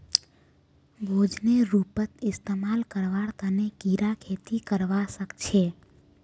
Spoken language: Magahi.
भोजनेर रूपत इस्तमाल करवार तने कीरा खेती करवा सख छे